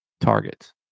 targets